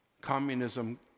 Communism